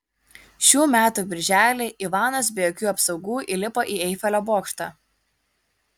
šių metų birželį ivanas be jokių apsaugų įlipo į eifelio bokštą